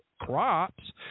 crops